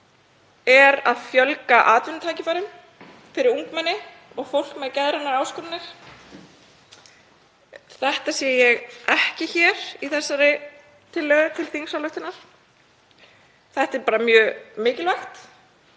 er að fjölga atvinnutækifærum fyrir ungmenni og fólk með geðrænar áskoranir. Þetta sé ég ekki í þessari tillögu til þingsályktunar. Þetta er mjög mikilvægt